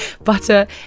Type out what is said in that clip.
Butter